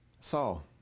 Saul